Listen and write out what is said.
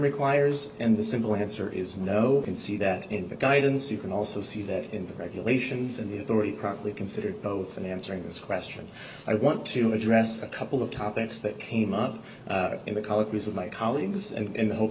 requires and the simple answer is no can see that in the guidance you can also see that in the regulations and the authority currently considered both and answering this question i want to address a couple of topics that came up in the colors of my colleagues and i hope